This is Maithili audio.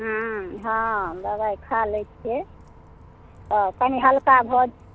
हॅं दबाई खाइ लै छियै तऽ कनी हल्का भऽ